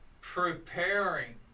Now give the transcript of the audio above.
preparing